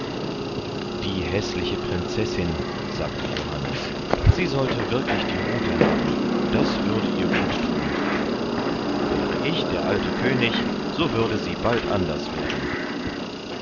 die häßliche prinzessin sagte johannes sie sollte wirklich die rute haben das würde ihr gut thun wäre ich der alte könig so würde sie bald anders werden